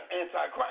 anti-Christ